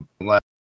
last